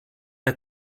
der